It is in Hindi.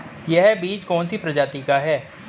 यह बीज कौन सी प्रजाति का है?